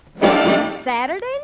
Saturday